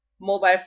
mobile